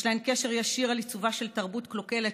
יש להן קשר ישיר לעיצובה של תרבות קלוקלת,